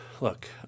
look